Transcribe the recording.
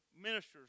minister's